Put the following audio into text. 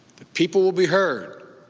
the people will be heard.